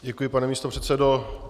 Děkuji, pane místopředsedo.